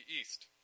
east